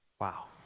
Wow